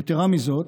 יתרה מזאת,